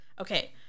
Okay